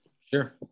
Sure